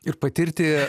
ir patirti